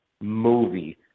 movie